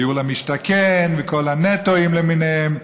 דיור למשתכן וכל ה"נטו" למיניהם,